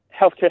healthcare